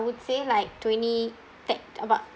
would say like twenty ten about